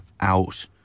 out